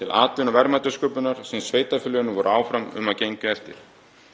til atvinnu og verðmætasköpunar sem sveitarfélögin voru áfram um að gengi eftir.